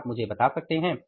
क्या आप मुझे बता सकते हैं